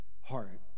heart